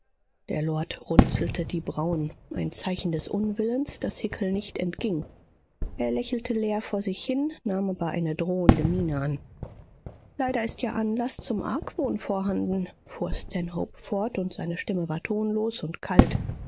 der lord runzelte die brauen ein zeichen des unwillens das hickel nicht entging er lächelte leer vor sich hin nahm aber eine drohende miene an leider ist ja anlaß zum argwohn vorhanden fuhr stanhope fort und seine stimme war tonlos und kalt